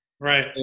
right